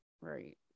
Right